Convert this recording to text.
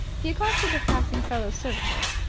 he accosted a passing fellow-servitor.